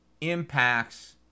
impacts